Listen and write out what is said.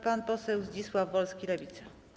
Pan poseł Zdzisław Wolski, Lewica.